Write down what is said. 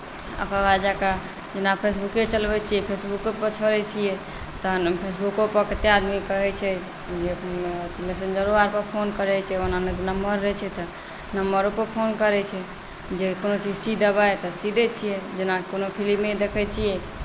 ओकर बाद जा कऽ जेना फेसबुके चलबैत छियै फेसबुकोपर छोड़ैत छियै तहन फेसबुकोपर कतेक आदमी कहैत छै मैसेन्जरो आओरपर फोन करैत छै ओना नम्बर रहैत छै तऽ नम्बरोपर फोन करैत छै जे कोनो चीज सी देबै तऽ सी दैत छियै जेनाकि कोनो फिल्मे देखैत छियै